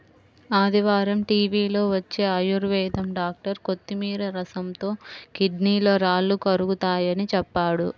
ఆదివారం టీవీలో వచ్చే ఆయుర్వేదం డాక్టర్ కొత్తిమీర రసంతో కిడ్నీలో రాళ్లు కరుగతాయని చెప్పాడు